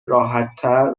راحتتر